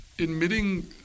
Admitting